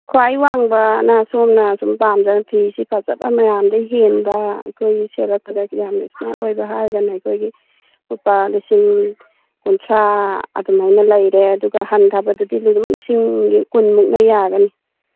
ꯈ꯭ꯋꯥꯏꯗꯩ ꯋꯥꯡꯕꯅ ꯁꯣꯝꯅ ꯁꯨꯝ ꯄꯥꯝꯖꯕ ꯐꯤꯁꯤ ꯐꯖꯕ ꯃꯌꯥꯝꯗꯩ ꯍꯦꯟꯕ ꯑꯩꯈꯣꯏ ꯁꯦꯠꯂꯛꯄꯗꯁꯨ ꯌꯥꯝꯅ ꯏꯁꯃꯥꯔꯠ ꯑꯣꯏꯕ ꯍꯥꯏꯔꯒꯅ ꯑꯩꯈꯣꯏꯒꯤ ꯂꯨꯄꯥ ꯂꯤꯁꯤꯡ ꯀꯨꯟꯊ꯭ꯔꯥ ꯑꯗꯨꯃꯥꯏꯅ ꯂꯩꯔꯦ ꯑꯗꯨꯒ ꯍꯟꯗꯕꯗꯨꯗꯤ ꯑꯗꯨꯝ ꯂꯤꯁꯤꯡ ꯀꯨꯟꯃꯨꯛꯅ ꯌꯥꯒꯅꯤ